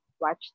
Watch